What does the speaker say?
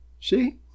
See